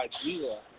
idea